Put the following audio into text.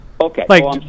Okay